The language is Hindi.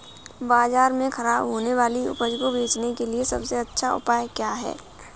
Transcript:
बाजार में खराब होने वाली उपज को बेचने के लिए सबसे अच्छा उपाय क्या है?